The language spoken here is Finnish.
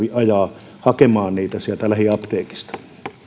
tarvitse ajaa hakemaan niitä sieltä lähiapteekista